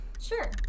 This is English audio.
Sure